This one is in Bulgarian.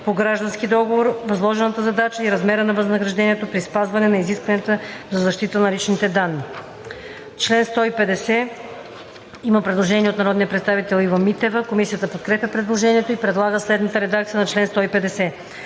по граждански договор, възложената задача и размера на възнаграждението при спазване изискванията за защита на личните данни“. По чл. 150 има предложение на народния представител Ива Митева. Комисията подкрепя предложението. Комисията подкрепя по принцип